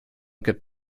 get